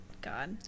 God